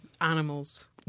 animals